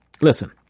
listen